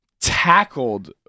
tackled